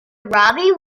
robbie